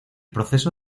proceso